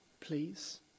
please